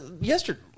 yesterday